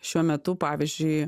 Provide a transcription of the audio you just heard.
šiuo metu pavyzdžiui